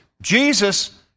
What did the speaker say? Jesus